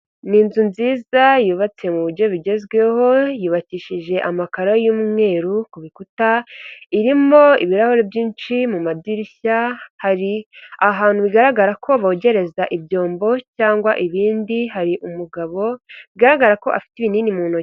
Ni inzu nziza yubatse mu buryo bugezweho, yubatishije amakaro y'umweru ku bikuta, irimo ibirahuri byinshi, mu madirishya hari ahantu bigaragara ko bogereza ibyombo cyangwa ibindi, hari umugabo bigaragara ko afite ibinini mu ntoki.